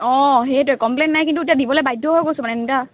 অঁ সেইটোৱে কমপ্লেন নাই কিন্তু এতিয়া দিবলৈ বাধ্য হৈ গৈছোঁ মানে